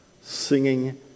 singing